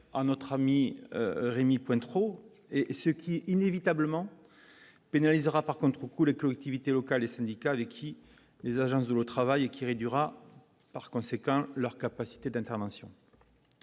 à notre ami Rémy-Cointreau et ce qui inévitablement pénalisera, par contre, les Claude activités locales et syndicats qui les agences de l'eau travailler qui réduira par conséquent leur capacité d'intervention